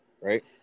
right